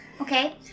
Okay